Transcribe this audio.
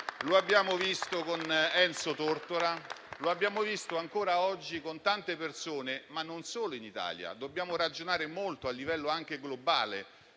Lo abbiamo visto con Enzo Tortora. Lo vediamo ancora oggi con tante persone e non solo in Italia. Dobbiamo ragionare molto, anche a livello anche globale,